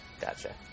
Gotcha